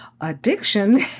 Addiction